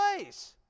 place